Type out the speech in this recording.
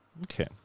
Okay